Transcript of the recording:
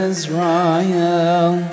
Israel